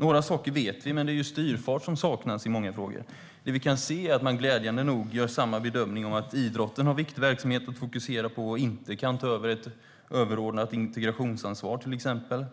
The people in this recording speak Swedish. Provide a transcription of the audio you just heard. Några saker vet vi, men i många fall saknas det styrfart. Det vi kan se är att man glädjande nog gör samma bedömning i fråga om att idrotten har en viktig verksamhet att fokusera på och inte kan ta ett överordnat integrationsansvar, till exempel.